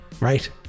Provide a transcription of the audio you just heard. right